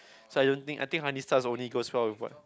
so I don't think I think honey stars only goes well with white